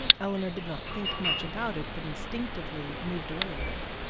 eleanor did not think much about it, but instinctively moved away a little.